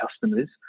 customers